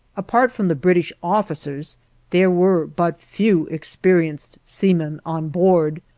apart from the british officers there were but few experienced seamen on board.